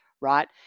right